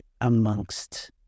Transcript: amongst